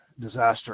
disaster